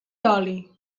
oli